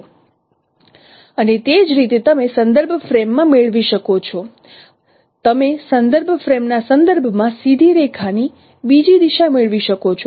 અને તે જ રીતે તમે સંદર્ભ ફ્રેમ માં મેળવી શકો છો તમે સંદર્ભ ફ્રેમ ના સંદર્ભમાં સીધી રેખાની બીજી દિશા મેળવી શકો છો